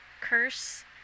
curse